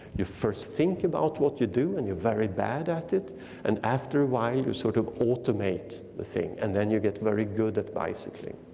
you first think about what you do and you're very bad at it and after a while, you sort of automate the thing and then you get very good at bicycling.